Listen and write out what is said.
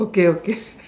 okay okay